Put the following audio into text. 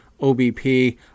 OBP